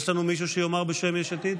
יש לנו מישהו שיאמר בשם יש עתיד?